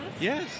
Yes